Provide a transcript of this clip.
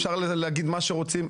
אפשר להגיד מה שרוצים,